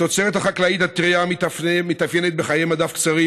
התוצרת החקלאית הטרייה מתאפיינת בחיי מדף קצרים